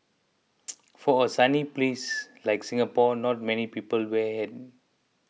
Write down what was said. for a sunny place like Singapore not many people wear a hat